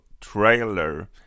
trailer